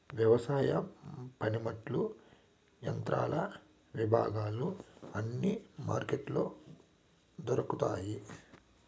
వ్యవసాయ పనిముట్లు యంత్రాల విభాగాలు అన్ని మార్కెట్లో దొరుకుతాయి